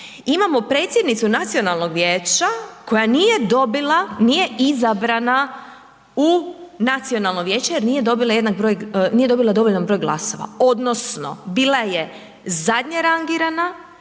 imamo predsjednicu nacionalnog vijeća koja nije dobila, nije izabrana u nacionalno vijeće jer nije dobila dovoljan broj glasova odnosno bila je zadnje rangirana,